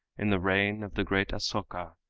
in the reign of the great asoka,